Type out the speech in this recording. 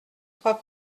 trois